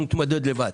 אנחנו נתמודד לבד.